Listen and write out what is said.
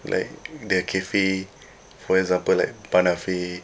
like their cafe for example like Banafee